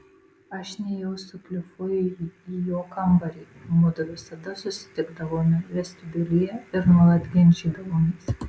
aš nėjau su klifu į jo kambarį mudu visada susitikdavome vestibiulyje ir nuolat ginčydavomės